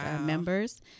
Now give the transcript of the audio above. members